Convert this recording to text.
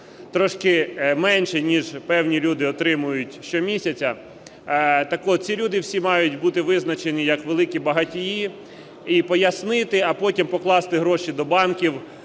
трошки менше ніж певні люди отримують щомісяця. Так от ці люди всі мають бути визначені як великі багатії і пояснити, а потім покласти гроші до банків,